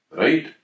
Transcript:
right